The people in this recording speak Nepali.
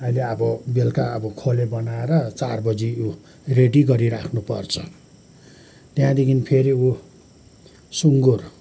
अहिले अब बेलुका अब खोले बनाएर चार बजि रेडी गरिराख्नुपर्छ त्यहाँदेखि फेरि ऊ सुँगुर